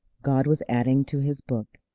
god was adding to his book,